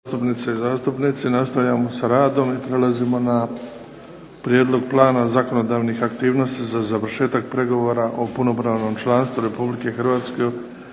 na kojem piše, da je tema Prijedlog plana zakonodavnih aktivnosti za završetak pregovora o punopravnom članstvu Republike Hrvatske